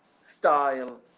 style